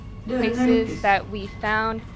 places that we found.